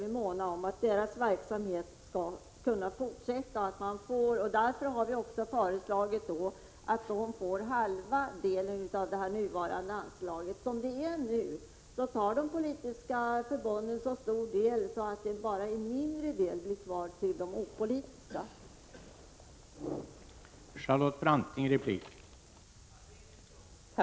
Vi är måna om att deras verksamhet skall kunna fortsätta, och därför har vi föreslagit att de skall få hälften av det nuvarande anslaget. Som det nu är får de politiska förbunden så mycket att endast en mindre del av anslaget blir kvar till de opolitiska organisationerna.